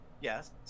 Yes